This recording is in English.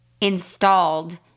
installed